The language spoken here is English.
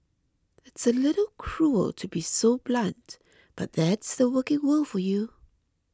it's a little cruel to be so blunt but that's the working world for you